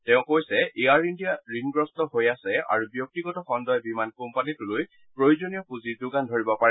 তেওঁ কৈছে Air India ঋণগ্ৰস্ত হৈ আছে আৰু ব্যক্তিগত খণ্ডই বিমান কোম্পানীতলৈ প্ৰয়োজনীয় পুঁজি যোগান ধৰিব পাৰে